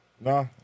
Nah